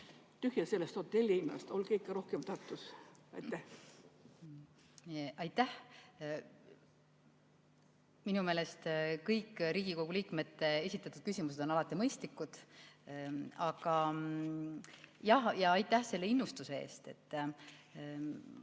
tühja sellest hotelli hinnast, olge ikka rohkem Tartus. Aitäh! Minu meelest on kõik Riigikogu liikmete esitatud küsimused alati mõistlikud. Ja aitäh selle innustuse eest!